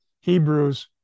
hebrews